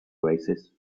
oasis